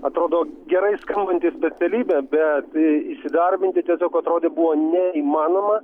atrodo gerai skambanti specialybė bet įsidarbinti tiesiog atrodė buvo neįmanoma